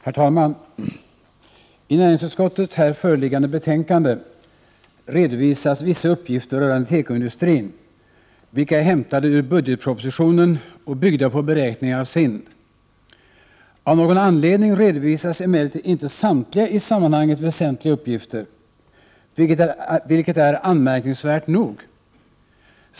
Herr talman! I näringsutskottets här föreliggande betänkande redovisas vissa uppgifter rörande tekoindustrin, vilka är hämtade ur budgetpropositionen och byggda på beräkningar av SIND. Av någon anledning redovisas emellertid inte samtliga i sammanhanget väsentliga uppgifter, vilket är nog så anmärkningsvärt.